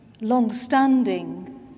longstanding